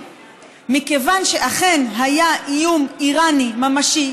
מכיוון שאכן היה איום איראני ממשי,